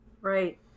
Right